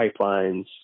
pipelines